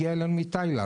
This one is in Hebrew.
הגיע אלינו מתאילנד.